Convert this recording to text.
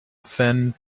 thin